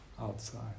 outside